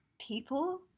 people